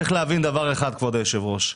צריך להבין דבר אחד, כבוד היושב-ראש,